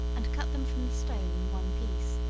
and cut them from the stone in one piece,